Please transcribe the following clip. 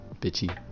bitchy